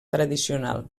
tradicional